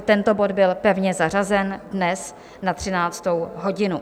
Tento bod byl pevně zařazen dnes na 13. hodinu.